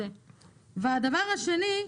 הדבר השני,